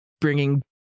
bringing